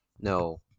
No